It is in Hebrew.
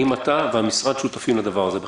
האם אתה והמשרד שותפים לדבר הזה בכלל?